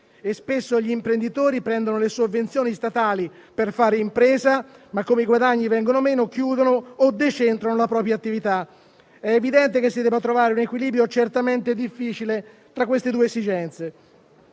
Spesso gli imprenditori prendono le sovvenzioni statali per fare impresa, ma, nel momento in cui i guadagni vengono meno, chiudono o decentrano la propria attività. È evidente che si deve trovare un equilibrio, certamente difficile, tra queste due esigenze.